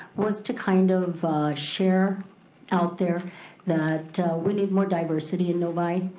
was to kind of share out there that we need more diversity in novi.